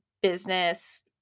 business